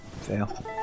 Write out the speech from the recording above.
Fail